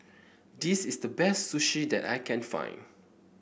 this is the best Sushi that I can find